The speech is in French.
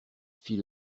fit